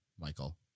Michael